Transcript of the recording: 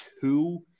two